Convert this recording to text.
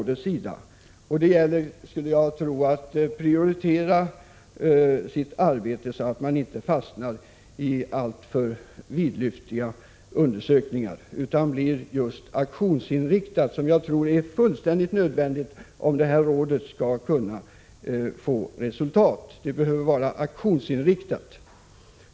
Det gäller här att prioritera i arbetet så att man inte fastnar i alltför vidlyftiga undersökningar, utan blir just aktionsinriktad. Jag tror att det är helt nödvändigt att rådet blir aktionsinriktat om man skall kunna åstadkomma resultat.